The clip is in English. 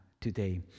today